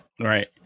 Right